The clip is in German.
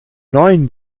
neuen